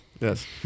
Yes